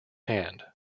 hand